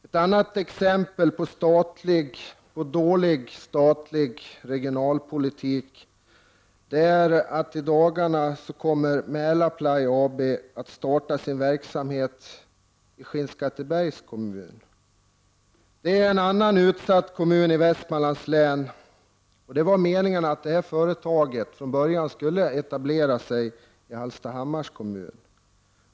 Ett annat exempel på dålig statlig regionalpolitik är att Mälar Play AB i dagarna kommer att starta sin verksamhet i Skinnskattebergs kommun. Det är en annan utsatt kommun i Västmanlands län. Det var meningen att detta företag skulle etablera sig i Hallstahammars kommun.